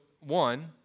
one